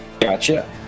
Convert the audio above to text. Gotcha